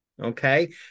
okay